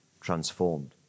transformed